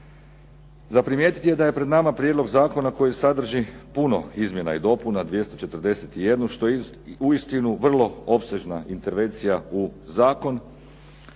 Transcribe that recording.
Za primijetiti je da je pred nama prijedlog zakona koji sadrži puno izmjena i dopuna, 241, što je uistinu vrlo opsežna intervencija u zakon.